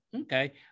Okay